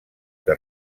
que